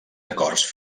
acords